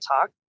talk